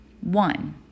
one